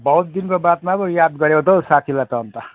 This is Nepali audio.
बहुत दिनको बादमा पो याद गऱ्यौ त हौ साथीलाई त अन्त